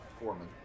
foreman